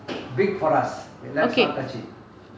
okay